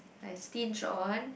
I stinge on